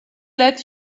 let